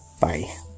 Bye